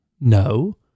No